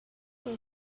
are